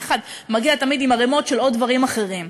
יחד, מגיע תמיד עם ערימות של עוד דברים אחרים.